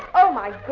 oh my